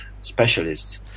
specialists